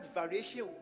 variation